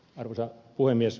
arvoisa puhemies